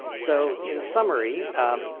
so in summary,